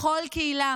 לכל קהילה